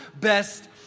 best